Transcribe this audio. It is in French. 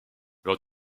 lors